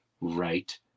right